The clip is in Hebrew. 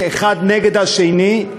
אחד נגד השני,